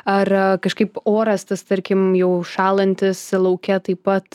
ar kažkaip oras tas tarkim jau užšąlantis lauke taip pat